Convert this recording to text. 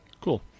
cool